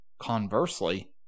Conversely